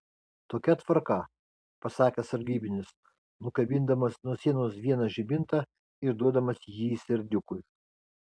tokia tvarka pasakė sargybinis nukabindamas nuo sienos vieną žibintą ir duodamas jį serdiukui